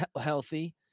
healthy